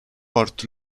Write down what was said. port